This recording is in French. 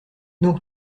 donc